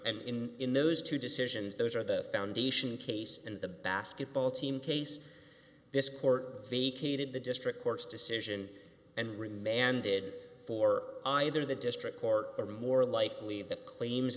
and in in those two decisions those are the foundation case and the basketball team case this court vacated the district court's decision and remanded for either the district court or more likely the claims